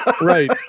Right